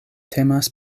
temas